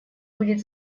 будет